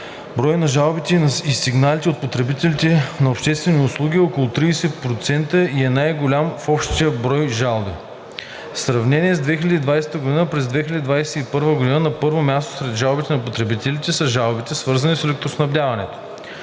броят на жалбите и сигналите от потребителите на обществени услуги е около 30% и е най-голям от общия брой жалби. В сравнение с 2020 г. през 2021 г. на първо място сред жалбите на потребителите са жалбите, свързани с електроснабдяването.